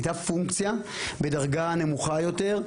הייתה פונקציה בדרגה נמוכה יותר,